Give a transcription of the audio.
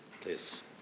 please